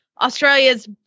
Australia's